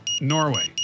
Norway